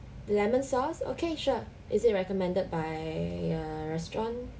lemon sauce okay sure is it recommended by your restaurant